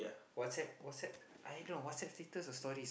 WhatsApp WhatsApp I don't know WhatsApp status or story